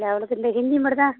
அவளுக்கு இந்த ஹிந்தி மட்டும் தான்